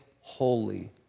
holy